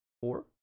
Four